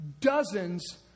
dozens